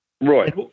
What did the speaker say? Right